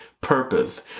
purpose